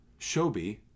Shobi